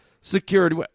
security